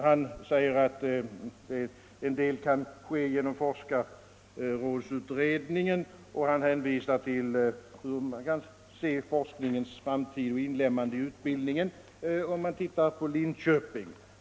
Han säger att en del kan ske genom forskarrådsutredningen, och han hänvisar till hur man kan se på forskningens framtida inlemmande i utbildningen genom att studera verksamheten i Linköping.